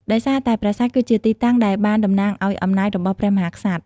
ដោយសារតែប្រាសាទ គឺជាទីតាំងដែលបានតំណាងឲ្យអំណាចរបស់ព្រះមហាក្សត្រ។